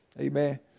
Amen